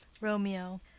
romeo